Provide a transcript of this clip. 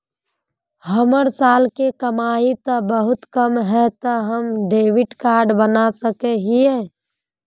हमर साल के कमाई ते बहुत कम है ते हम डेबिट कार्ड बना सके हिये?